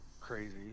crazy